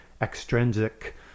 extrinsic